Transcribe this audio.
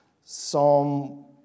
Psalm